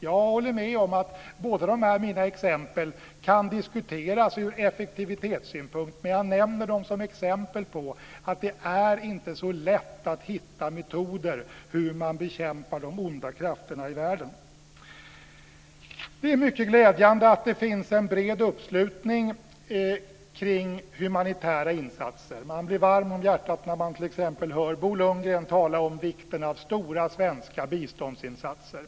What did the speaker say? Jag håller med om att mina båda exempel kan diskuteras från effektivitetssynpunkt, men jag nämner dem för att exemplifiera att det inte är så lätt att hitta metoder för hur man bekämpar de onda krafterna i världen. Det är mycket glädjande att det finns en bred uppslutning kring humanitära insatser. Man blir varm om hjärtat när man t.ex. hör Bo Lundgren tala om vikten av stora svenska biståndsinsatser.